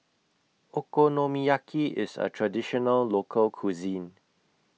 Okonomiyaki IS A Traditional Local Cuisine